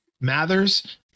Mathers